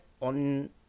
on